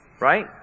Right